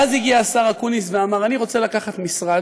ואז הגיע השר אקוניס ואמר: אני רוצה לקחת משרד